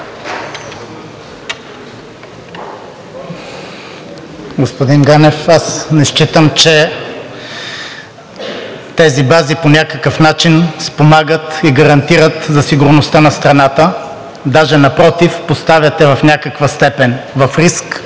Господин Ганев, аз не считам, че тези бази по някакъв начин спомагат и гарантират за сигурността на страната. Даже напротив, поставят я в някаква степен в риск,